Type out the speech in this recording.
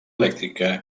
elèctrica